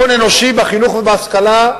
הון אנושי בחינוך ובהשכלה,